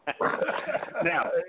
Now